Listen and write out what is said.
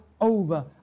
over